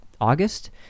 August